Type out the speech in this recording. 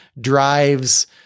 drives